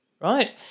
right